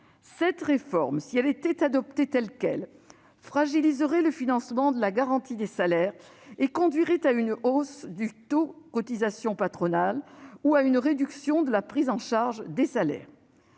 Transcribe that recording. Cette réforme, si elle était adoptée en l'état, fragiliserait le financement de la garantie des salaires et conduirait à une hausse du taux des cotisations patronales ou à une réduction de la prise en charge des salaires.